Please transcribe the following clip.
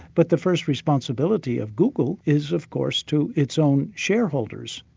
but the first responsibility of google is of course to its own shareholders.